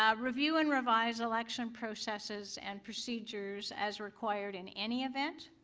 um review and revise election processes and procedures as required in any event,